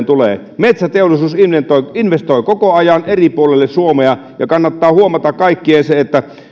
tulee metsäteollisuus investoi investoi koko ajan eri puolille suomea ja kannattaa kaikkien huomata se että